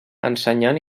ensenyant